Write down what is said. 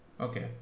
Okay